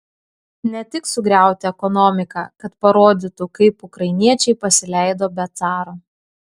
ne tik sugriauti ekonomiką kad parodytų kaip ukrainiečiai pasileido be caro